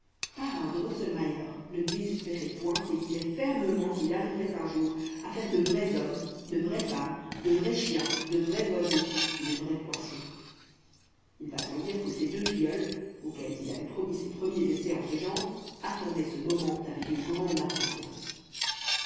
parrain drosselmayer ne désespérait point et disait fermement qu'il arriverait un jour à faire de vrais hommes de vrais femmes de vrais chiens de vrais oiseaux et de vrais poissons il va sans dire que ses deux filleuls auxquels il avait promis ses premiers essais en ce genre attendaient ce moment avec une grande impatience